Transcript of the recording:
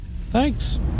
Thanks